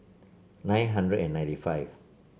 nine hundred and ninety five